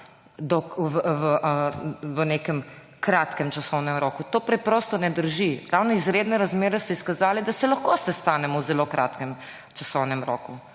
v nekem kratkem časovnem roku. To preprosto ne drži. Ravno izredne razmere so pokazale, da se lahko sestanemo v zelo kratkem časovnem roku.